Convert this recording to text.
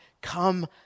Come